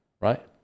right